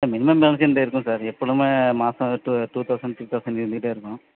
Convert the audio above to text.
sir minimum balance என்னது இருக்கும் sir எப்போதுமே மாசம் two two thousand three thousand இருந்துகிட்டே இருக்கும்